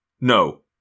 No